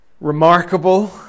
Remarkable